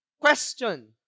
question